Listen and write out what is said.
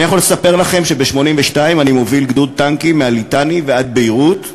אני יכול לספר לכם שב-1982 אני מוביל גדוד טנקים מהליטני ועד ביירות,